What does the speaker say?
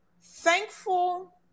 thankful